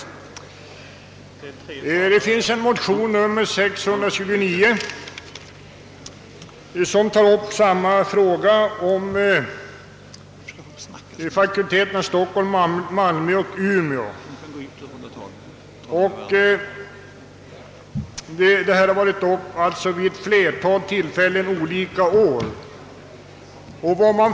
— I de likalydande motionerna 1:500 och II: 629 tas samma spörsmål upp när det gäller karolinska institutet samt universiteten i Lund och Umeå.